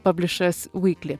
publishers weekly